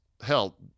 hell